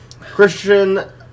Christian